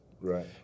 Right